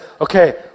okay